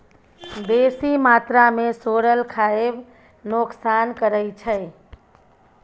बेसी मात्रा मे सोरल खाएब नोकसान करै छै